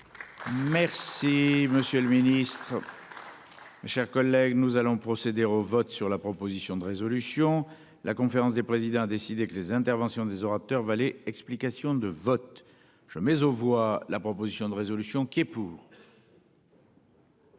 Merci, monsieur le Ministre. Chers collègues, nous allons procéder au vote sur la proposition de résolution, la conférence des présidents, a décidé que les interventions des orateurs. Explications de vote, je mais aux voix, la proposition de résolution qui est pour.